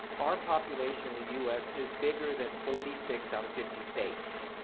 our population in the us is bigger than forty six out of fifty states.